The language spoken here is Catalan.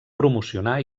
promocionar